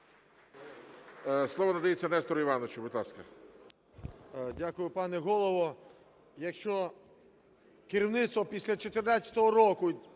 Слово надається Нестору Івановичу. Будь ласка.